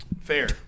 Fair